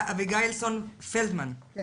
שמאפשר להטיל צו פיקוח על כל